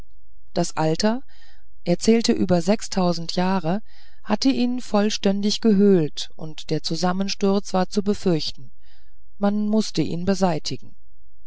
das alter er zählte über sechstausend jahre hatte ihn vollständig gehöhlt und der zusammensturz war zu befürchten man mußte ihn beseitigen